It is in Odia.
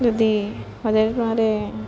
ଯଦି ହଜାରେ ଟଙ୍କାରେ